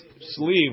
sleeve